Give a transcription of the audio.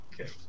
Okay